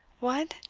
what!